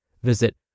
Visit